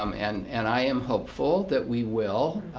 um and and i am hopeful that we will.